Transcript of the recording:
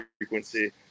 frequency